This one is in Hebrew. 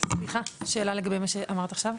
סליחה, שאלה לגבי מה שאמרת עכשיו.